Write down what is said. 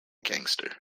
gangster